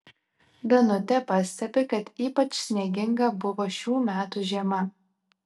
danutė pastebi kad ypač snieginga buvo šių metų žiema